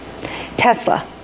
Tesla